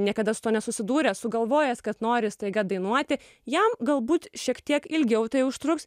niekada su tuo nesusidūręs sugalvojęs kad nori staiga dainuoti jam galbūt šiek tiek ilgiau tai užtruks